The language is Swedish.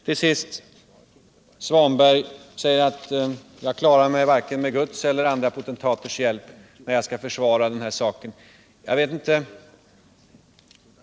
Till sist: herr Svanberg säger att jag inte klarar mig vare sig med Guds eller med andra potentaters hjälp när jag skall försvara den här saken.